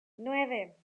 nueve